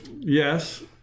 Yes